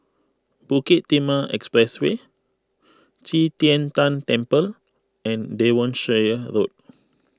Bukit Timah Expressway Qi Tian Tan Temple and Devonshire Road